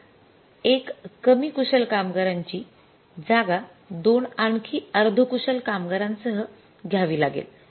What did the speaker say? त्या १ कमी कुशल कामगारांची जागा २ आणखी अर्ध कुशल कामगारांसह घ्यावी लागेल